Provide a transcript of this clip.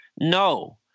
No